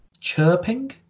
chirping